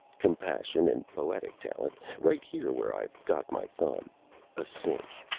compassion and poetic talent right here where i've got my thumb a cinch!